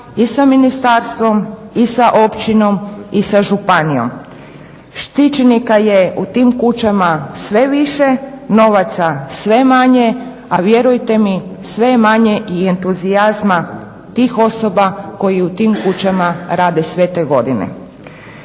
i sa ministarstvom, i sa općinom i sa županijom. Štićenika je u tim kućama sve više, novaca sve manje a vjerujte mi sve je manje i entuzijazma tih osoba koji u tim kućama rade sve te godine.